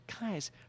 Guys